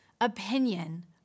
opinion